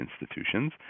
institutions